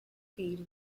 field